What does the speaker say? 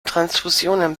transfusionen